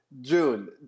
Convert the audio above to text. June